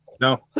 No